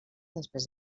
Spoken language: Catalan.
després